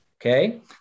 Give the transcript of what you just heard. Okay